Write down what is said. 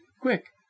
quick